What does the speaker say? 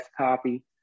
copy